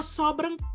sobrang